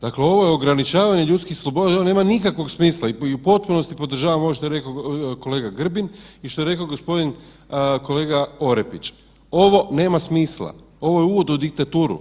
Dakle ovo je ograničavanje ljudskih sloboda, ovo nema nikakvog smisla i u potpunosti podržavam ovo što je rekao kolega Grbin i što je rekao gospodin kolega Orepić, ovo nema smisla, ovo je uvod u diktaturu.